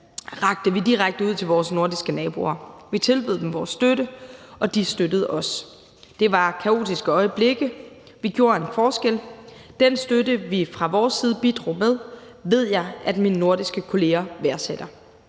rakte vi direkte ud til vores nordiske naboer. Vi tilbød dem vores støtte, og de støttede os. Det var kaotiske øjeblikke. Vi gjorde en forskel. Den støtte, vi fra vores side bidrog med, ved jeg at mine nordiske kolleger værdsætter.